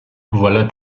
voilà